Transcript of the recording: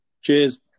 Cheers